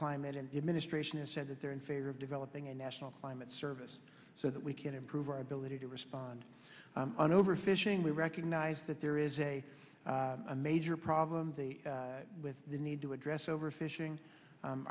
climate and the administration has said that they're in favor of developing a national climate service so that we can improve our ability to respond on overfishing we recognize that there is a major problem with the need to address overfishing